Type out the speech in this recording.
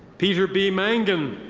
peter b. mangen.